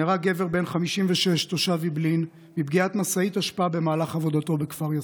נהרג גבר בן 56 תושב אעבלין מפגיעת משאית אשפה במהלך עבודתו בכפר יאסיף.